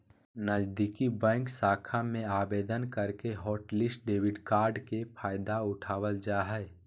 नजीदीकि बैंक शाखा में आवेदन करके हॉटलिस्ट डेबिट कार्ड के फायदा उठाबल जा हय